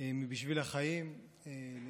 מ"בשביל החיים" פה?